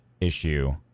issue